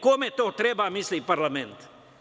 Kome to treba, misli parlament?